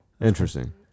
Interesting